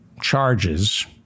charges